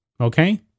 Okay